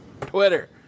Twitter